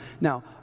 Now